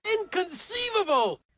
Inconceivable